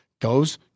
goes